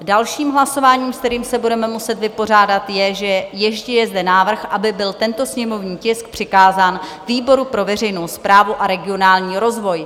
Dalším hlasováním, s kterým se budeme muset vypořádat, je, že ještě je zde návrh, aby byl tento sněmovní tisk přikázán výboru pro veřejnou správu a regionální rozvoj.